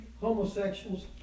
homosexuals